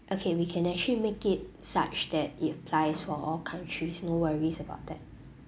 okay we can actually make it such that it applies for all countries no worries about that